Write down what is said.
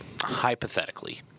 hypothetically